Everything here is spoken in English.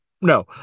no